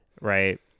Right